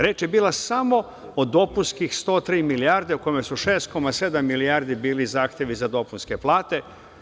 Reč je bila samo o dopunskih 103 milijarde u kome su 6,7 milijardi bili zahtevi za dopunske plate.